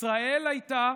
ישראל הייתה